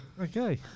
Okay